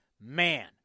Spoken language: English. man